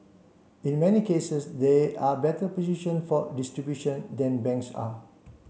and in many cases they are better positioned for distribution than banks are